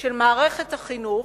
של מערכת החינוך,